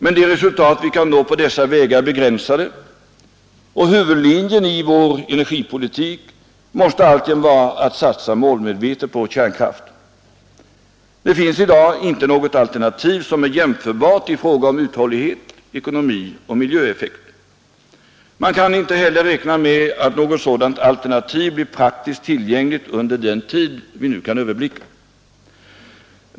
Men de resultat vi kan nå på dessa vägar är begränsade, och huvudlinjen i vår energipolitik måste alltjämt vara att satsa målmedvetet på kärnkraft. Det finns i dag inte något alternativ som är jämförbart i fråga om uthållighet, ekonomi och miljöeffekter. Man kan inte heller räkna med att något sådant alternativ blir praktiskt tillgängligt under den tid vi kan överblicka.